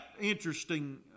interesting